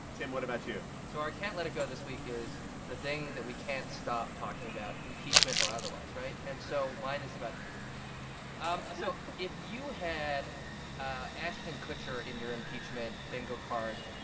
tim, what about you? so our can't let it go this week is the thing that we can't stop talking about, impeachment or otherwise, right? and so mine is about impeachment um so if you had ah ashton kutcher in your impeachment bingo card,